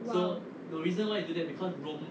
!wow!